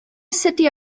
city